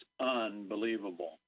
unbelievable